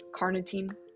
carnitine